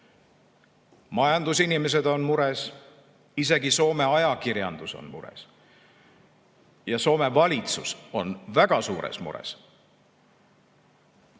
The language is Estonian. Majandusinimesed on mures, isegi Soome ajakirjandus on mures ja Soome valitsus on väga suures mures.